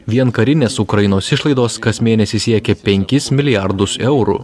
vien karinės ukrainos išlaidos kas mėnesį siekė penkis milijardus eurų